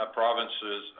provinces